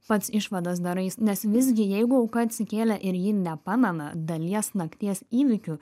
pats išvadas darais nes visgi jeigu auka atsikėlė ir ji nepamena dalies nakties įvykių